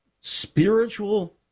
spiritual